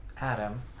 Adam